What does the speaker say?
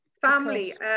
family